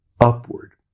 upward